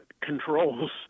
controls